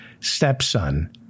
stepson